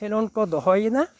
ᱠᱷᱮᱞᱳᱸᱰ ᱠᱚ ᱫᱚᱦᱚᱭ ᱫᱟ